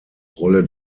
rolle